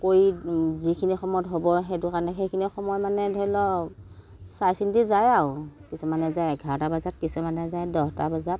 কৰি যিখিনি সময়ত হ'ব সেইটো কাৰণে সেইখিনি সময় মানে ধৰি লওঁক চাই চিন্তি যায় আৰু কিছুমানে যায় এঘাৰটা বজাত কিছুমানে যায় দহটা বজাত